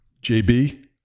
JB